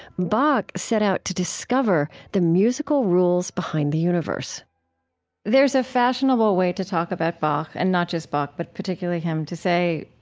bach set out to discover the musical rules behind the universe there's a fashionable way to talk about bach, and not just bach, but particularly him, to say,